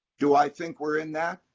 do i think we're in that?